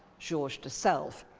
georges de selve.